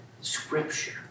scripture